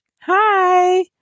Hi